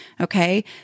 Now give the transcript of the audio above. okay